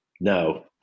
No